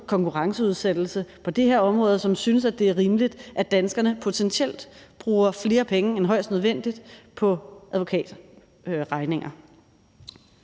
konkurrenceudsættelse på det her område, og som synes, at det er rimeligt, at danskerne potentielt bruger flere penge end højst nødvendigt på advokatregninger.